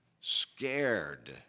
Scared